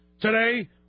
Today